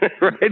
right